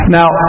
Now